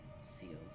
Sealed